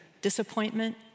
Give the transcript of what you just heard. disappointment